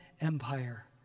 empire